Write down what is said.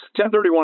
1031